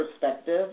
perspective